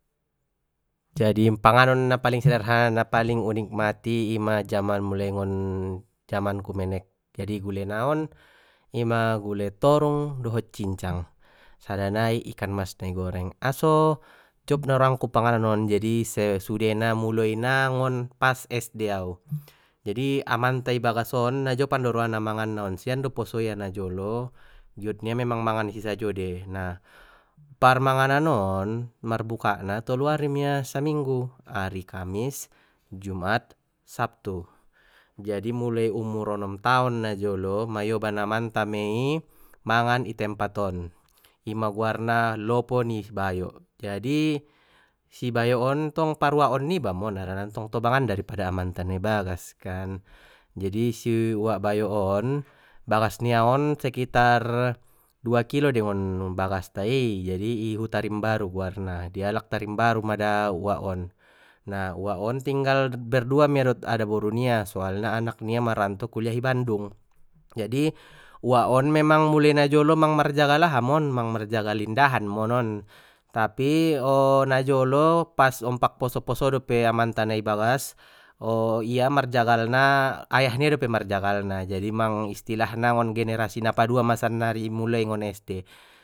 Jadi panganon na paling sederhana na paling unikmati ima jaman mulai ngon jamanku menek jadi gule na on ima gule torung dohot cincang sada nai ikan mas na i goreng aso jop na roangku panganon on jadi sudena muloi na ngon pas es de au jadi amanta i bagas on na jop an do roa na mangan na on sian do poso ia najolo giot nia memang mangan i sajo dei nah, parmanganan on marbuka na tolu ari mia saminggu ari kamis jumat sabtu, jadi muloi umur onom taon najolo ma ioban amanta mei mangan i tempat on ima goarna lopo ni si bayok jadi si bayok on tong par uwak on niba mon harana ntong tobangan daripada amanta na i bagas kan jadi si uwak bayok on bagas nia on sekiar dua kilo dei ngon bagasta i jadi i hutarimbaru goarna jadi alak tarimbaru mada uak on na uak on tinggal berdua mia dot adaboru nia soalna anak nia maranto kuliah i bandung jadi uak on memang mulai najolo mang marjagal aha mon mang marjagal indahan mon on tapi najolo pas ompak poso poso dope amanta na i bagas ia marjagalna ayah nia dope marjagalna jadi mang istilahna ngon generasi na padua ma sannari i mulai ngon es de.